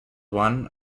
one